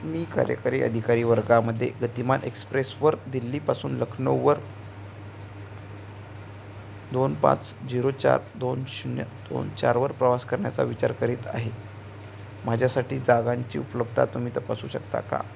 मी कार्यकारी अधिकारी वर्गामध्ये गतिमान एक्सप्रेसवर दिल्लीपासून लखनऊवर दोन पाच झिरो चार दोन शून्य दोन चारवर प्रवास करण्याचा विचार करीत आहे माझ्यासाठी जागांची उपलब्धता तुम्ही तपासू शकता